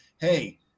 hey